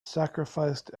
sacrificed